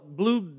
blue